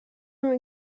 noms